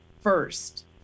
first